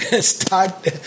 start